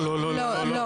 לא,